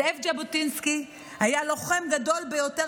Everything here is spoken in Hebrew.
זאב ז'בוטינסקי היה לוחם גדול ביותר